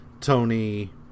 tony